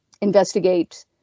investigate